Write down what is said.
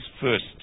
First